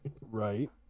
Right